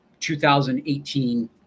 2018